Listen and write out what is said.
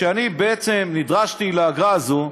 כשאני בעצם נדרשתי לאגרה הזאת,